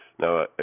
Now